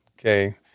Okay